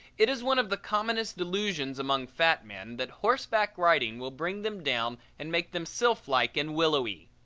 it is one of the commonest delusions among fat men that horseback riding will bring them down and make them sylphlike and willowy.